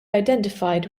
identified